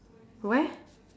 where